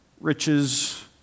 riches